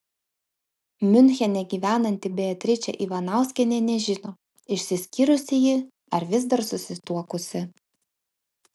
miunchene gyvenanti beatričė ivanauskienė nežino išsiskyrusi ji ar vis dar susituokusi